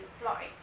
flight